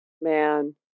man